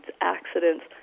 accidents